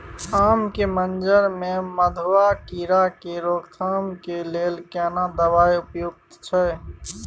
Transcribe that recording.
आम के मंजर में मधुआ कीरा के रोकथाम के लेल केना दवाई उपयुक्त छै?